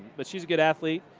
but she's a good athlete.